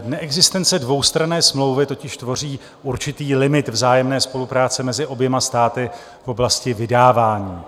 Neexistence dvoustranné smlouvy totiž tvoří určitý limit vzájemné spolupráce mezi oběma státy v oblasti vydávání.